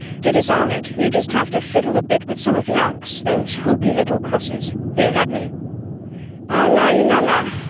to disarm it, you just have to fiddle a bit with some of the ankhs, those hoopy little crosses. here, let me allah il allah,